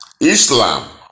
Islam